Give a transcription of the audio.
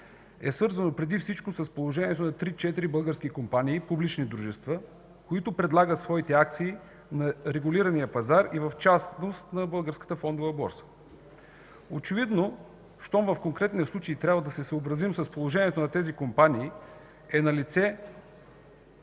е свързано преди всичко с положението на три-четири български компании публични дружества, които предлагат своите акции на регулирания пазар и в частност на Българската фондова борса. Очевидно щом в конкретния случай трябва да се съобразим с положението на тези компании, е налице